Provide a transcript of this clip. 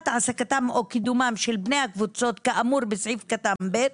של בני הקבוצות, כאמור בסעיף קטן (ב),